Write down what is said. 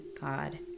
God